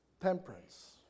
Temperance